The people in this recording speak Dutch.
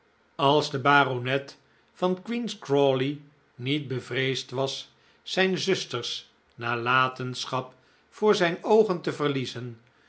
als de baronet van queen's crawley niet bevreesd was zijn zusters nalatenschap voor zijn oogen te verliezen